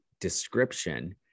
description